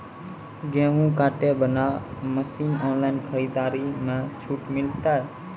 गेहूँ काटे बना मसीन ऑनलाइन खरीदारी मे छूट मिलता?